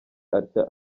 atya